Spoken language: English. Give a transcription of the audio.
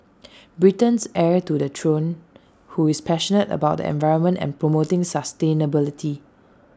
Britain's heir to the throne who is passionate about the environment and promoting sustainability